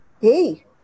hey